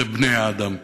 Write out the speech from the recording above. זה בני-האדם.